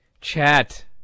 Chat